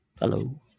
Hello